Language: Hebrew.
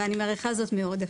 ואני מעריכה זאת מאוד.